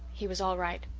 he was all right.